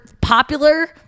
popular